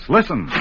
Listen